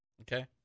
Okay